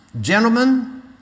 Gentlemen